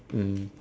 mm